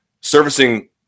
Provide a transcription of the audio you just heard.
servicing